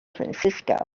francisco